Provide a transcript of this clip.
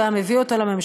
הוא היה מביא אותו לממשלה,